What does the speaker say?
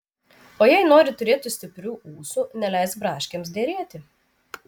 o jei nori turėti stiprių ūsų neleisk braškėms derėti